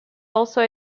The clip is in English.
also